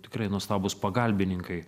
tikrai nuostabūs pagalbininkai